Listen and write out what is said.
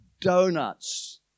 donuts